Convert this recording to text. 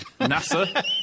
NASA